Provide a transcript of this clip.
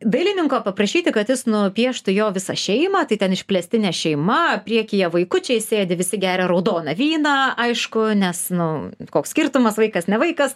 dailininko paprašyti kad jis nupieštų jo visą šeimą tai ten išplėstinė šeima priekyje vaikučiai sėdi visi geria raudoną vyną aišku nes nu koks skirtumas vaikas ne vaikas